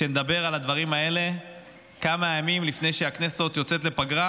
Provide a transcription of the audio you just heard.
כשנדבר על הדברים האלה כמה ימים לפני שהכנסת יוצאת לפגרה,